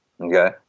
okay